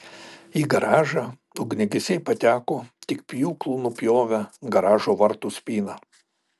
į garažą ugniagesiai pateko tik pjūklu nupjovę garažo vartų spyną